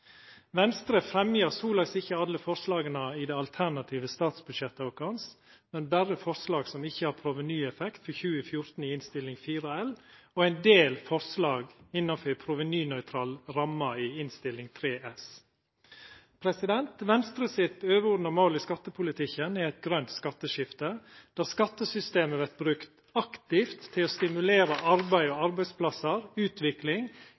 Venstre fremjar soleis ikkje alle forslaga i sitt alternative statsbudsjett, men berre forslag som ikkje har provenyeffekt for 2014, i Innst. 4 L, og ein del forslag innanfor ei provenynøytral ramme i Innst. 3 S. Venstre sitt overordna mål i skattepolitikken er eit grønt skatteskifte, der skattesystemet vert brukt aktivt til å stimulera arbeid og arbeidsplassar, utvikling,